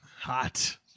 Hot